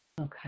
okay